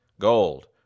gold